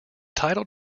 title